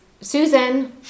Susan